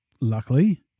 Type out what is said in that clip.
luckily